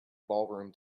ballroom